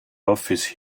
office